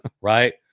right